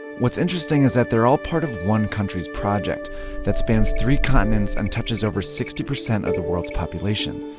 what's interesting is that they're all part of one country's project that spans three continents and touches over sixty percent of the world's population.